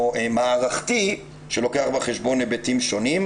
פתרון מערכתי שלוקח בחשבון היבטים שונים,